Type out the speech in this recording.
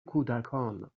کودکان